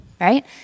right